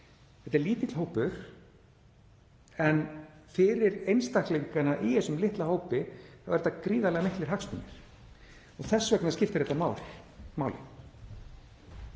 þetta er lítill hópur en fyrir einstaklingana í þessum litla hópi eru þetta gríðarlega miklir hagsmunir. Þess vegna skiptir þetta mál